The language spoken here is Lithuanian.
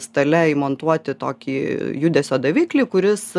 stale įmontuoti tokį judesio daviklį kuris